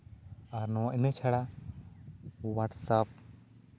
ᱟᱨ ᱱᱚᱣᱟ ᱤᱱᱟᱹ ᱪᱷᱟᱲᱟ ᱦᱳᱣᱟᱴᱥᱟᱯ